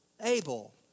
Abel